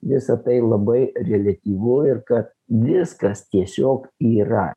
visa tai labai reliatyvu ir kad viskas tiesiog yra